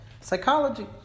Psychology